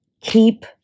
Keep